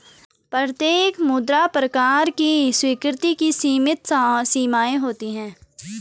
प्रत्येक मुद्रा प्रकार की स्वीकृति की सीमित सीमाएँ होती हैं